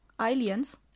aliens